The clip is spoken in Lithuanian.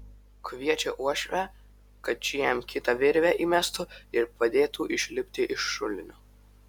kviečia uošvę kad ši jam kitą virvę įmestų ir padėtų išlipti iš šulinio